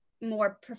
More